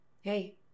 Hey